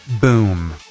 boom